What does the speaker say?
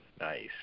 nice